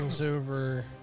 over